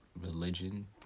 religion